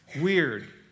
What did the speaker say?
weird